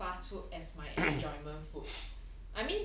don't take fast food as my enjoyment food